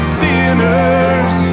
sinners